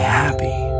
happy